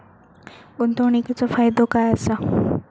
गुंतवणीचो फायदो काय असा?